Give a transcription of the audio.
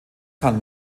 kann